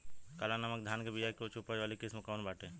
काला नमक धान के बिया के उच्च उपज वाली किस्म कौनो बाटे?